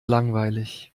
langweilig